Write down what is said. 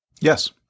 Yes